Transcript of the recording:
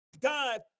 God